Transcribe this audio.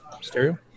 stereo